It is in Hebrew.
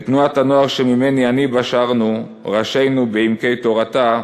בתנועת הנוער שממנה אני בא שרנו: "ראשינו בעמקי תורתה",